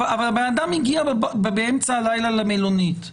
אבל הבן אדם הגיע באמצע הלילה למלונית,